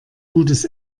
gutes